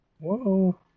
Whoa